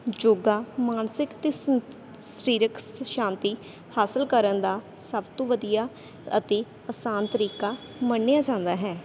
ਯੋਗਾ ਮਾਨਸਿਕ ਅਤੇ ਸੰ ਸਰੀਰਿਕ ਸ਼ਾਂਤੀ ਹਾਸਿਲ ਕਰਨ ਦਾ ਸਭ ਤੋਂ ਵਧੀਆ ਅਤੇ ਆਸਾਨ ਤਰੀਕਾ ਮੰਨਿਆ ਜਾਂਦਾ ਹੈ